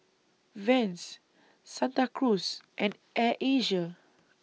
Vans Santa Cruz and Air Asia